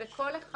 כל אחד